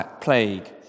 plague